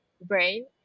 brain